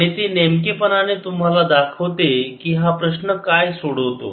आणि ते नेमकेपणाने तुम्हाला दाखवते की हा प्रश्न काय सोडवतो